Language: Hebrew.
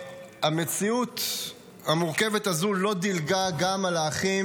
המציאות המורכבת הזו לא דילגה גם על האחים